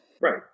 right